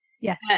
yes